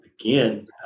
Again